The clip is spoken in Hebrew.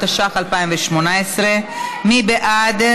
התשע"ח 2018. מי בעד?